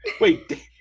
Wait